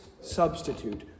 substitute